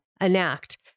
ENACT